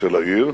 של העיר.